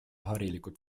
harilikult